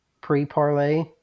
pre-parlay